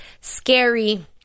Scary